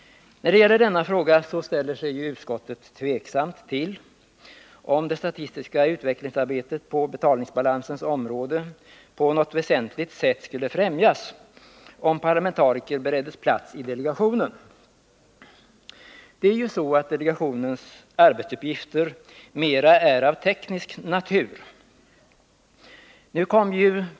Utskottet ställer sig tveksamt till att det statistiska utvecklingsarbetet på betalningsbalansens område på något väsentligt sätt skulle främjas om parlamentariker bereddes plats i delegationen. Delegationens arbetsuppgifter är av mera teknisk natur.